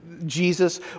Jesus